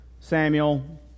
Samuel